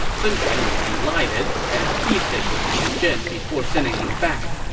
sun quan was delighted and feasted with chen zhen before sending him back.